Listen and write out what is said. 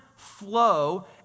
flow